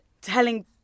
telling